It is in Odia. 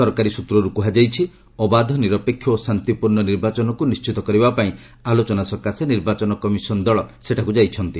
ସରକାରୀ ସ୍ନତ୍ରରେ କୁହାଯାଇଛି ଅବାଧ ନିରପେକ୍ଷ ଓ ଶାନ୍ତିପୂର୍ଣ୍ଣ ନିର୍ବାଚନକୁ ନିର୍ଣ୍ଣିତ କରିବା ପାଇଁ ଆଲୋଚନା ସକାଶେ ନିର୍ବାଚନ କମିଶନ୍ ଦଳ ସେଠାକୁ ଯାଇଛନ୍ତି